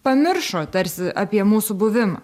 pamiršo tarsi apie mūsų buvimą